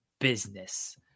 business